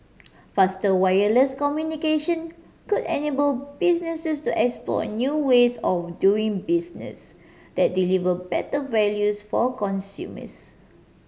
faster wireless communication could unable businesses to explore new ways of doing business that deliver better values for consumers